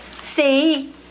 See